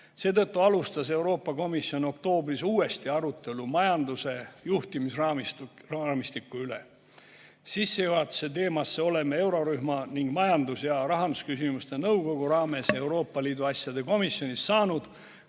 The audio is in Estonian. Seetõttu alustas Euroopa Komisjon oktoobris uuesti arutelu majanduse juhtimisraamistiku üle. Sissejuhatuse teemasse oleme eurorühma ning majandus- ja rahandusküsimuste nõukogu raames Euroopa Liidu asjade komisjonis saanud,